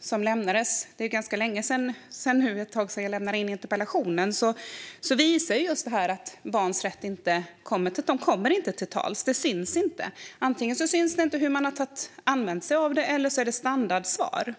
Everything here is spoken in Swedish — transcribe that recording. som lämnats - det är ju ganska länge sedan jag lämnade in interpellationen - visas just att barn inte kommer till tals. Det syns inte. Antingen syns det inte hur man har använt sig av det, eller så är det standardsvar.